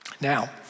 Now